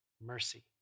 mercy